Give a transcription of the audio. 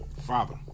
Father